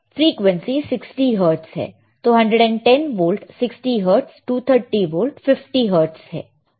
frequency 60 hertz है तो 110 volt 60 hertz 230 volt 50 hertz है